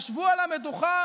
ישבו על המדוכה,